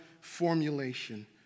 formulation